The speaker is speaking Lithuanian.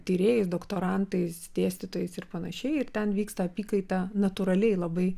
tyrėjais doktorantais dėstytojais ir panašiai ir ten vyksta apykaita natūraliai labai